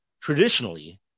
traditionally